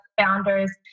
founders